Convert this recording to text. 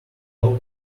allow